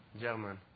German